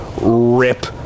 rip